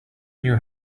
new